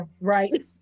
right